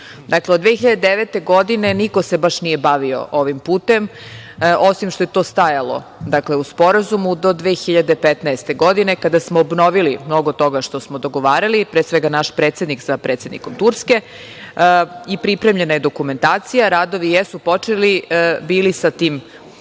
godine. Dakle, od 2009. godine niko se baš nije bavio ovim putem, osim što je to stajalo u sporazumu do 2015. godine, kada smo obnovili mnogo toga što smo dogovarali, pre svega naš predsednik sa predsednikom Turske i pripremljena je dokumentacija. Radovi jesu počeli sa tim što